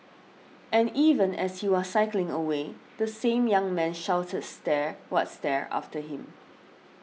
and even as he was cycling away the same young man shouted stare what stare after him